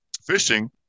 fishing